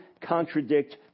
contradict